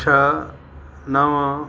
छह नव